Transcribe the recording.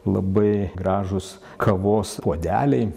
labai gražūs kavos puodeliai